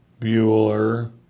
Bueller